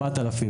4,000,